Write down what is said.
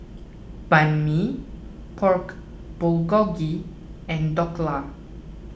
Banh Mi Pork Bulgogi and Dhokla